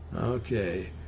Okay